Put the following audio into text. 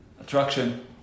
attraction